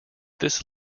this